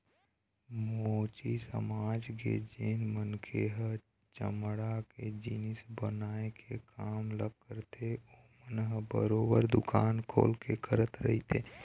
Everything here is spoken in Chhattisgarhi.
मोची समाज के जेन मनखे ह चमड़ा के जिनिस बनाए के काम ल करथे ओमन ह बरोबर दुकान खोल के करत रहिथे